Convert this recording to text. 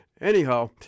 anyhow